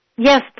Yes